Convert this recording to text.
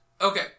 Okay